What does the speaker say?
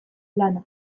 lana